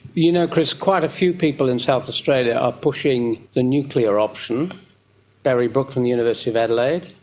you know, chris, quite a few people in south australia are pushing the nuclear option barry brook from the university of adelaide,